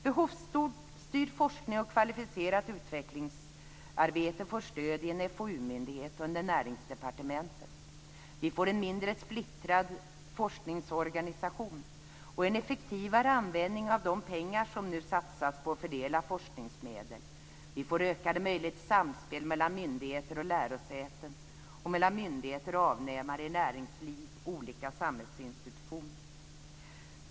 Behovsstyrd forskning och kvalificerat utvecklingsarbete får stöd i en FoU-myndighet under Vi får en mindre splittrad forskningsorganisation och en effektivare användning av de pengar som nu satsas på att fördela forskningsmedel. Vi får ökade möjligheter till samspel mellan myndigheter och lärosäten och mellan myndigheter och avnämare i näringsliv och olika samhällsinstitutioner.